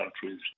countries